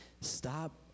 stop